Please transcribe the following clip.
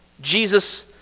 Jesus